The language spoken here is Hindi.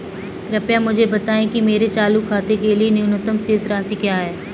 कृपया मुझे बताएं कि मेरे चालू खाते के लिए न्यूनतम शेष राशि क्या है?